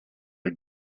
are